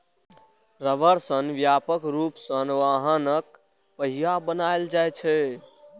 रबड़ सं व्यापक रूप सं वाहनक पहिया बनाएल जाइ छै